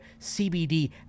CBD